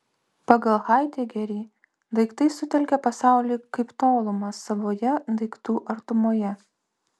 pagal haidegerį daiktai sutelkia pasaulį kaip tolumą savoje daiktų artumoje